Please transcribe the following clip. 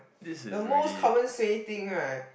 the most common suay thing right